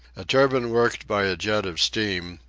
a turbine worked by a jet of steam,